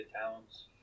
towns